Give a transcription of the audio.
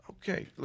Okay